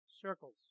circles